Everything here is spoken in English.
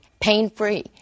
pain-free